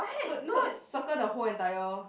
so so circle the whole entire